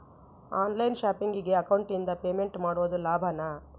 On line ಶಾಪಿಂಗಿಗೆ ಅಕೌಂಟಿಂದ payment ಮಾಡೋದು ಲಾಭಾನ?